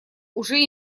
уже